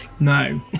No